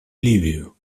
ливию